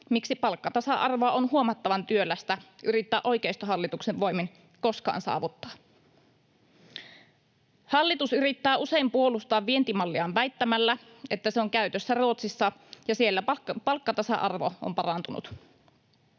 miksi palkkatasa-arvoa on huomattavan työlästä yrittää oikeistohallituksen voimin koskaan saavuttaa. Hallitus yrittää usein puolustaa vientimalliaan väittämällä, että se on käytössä Ruotsissa ja siellä palkkatasa-arvo on parantunut.